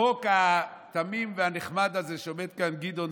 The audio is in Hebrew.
החוק התמים והנחמד הזה שעומד כאן גדעון